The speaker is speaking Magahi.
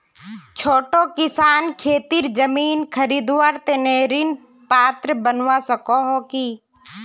छोटो किसान खेतीर जमीन खरीदवार तने ऋण पात्र बनवा सको हो कि?